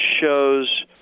shows